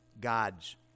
God's